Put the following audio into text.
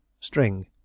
string